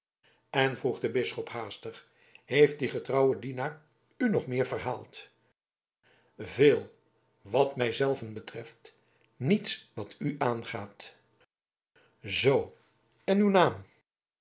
en vroeg de bisschop haastig heeft die getrouwe dienaar u nog meer verhaald veel wat mij zelven betreft niets wat u aangaat zoo en uw naam